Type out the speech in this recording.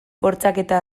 bortxaketa